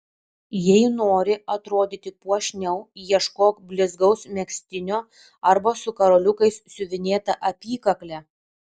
jei nori atrodyti puošniau ieškok blizgaus megztinio arba su karoliukais siuvinėta apykakle